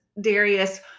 Darius